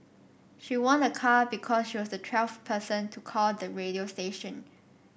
she won a car because she was the twelfth person to call the radio station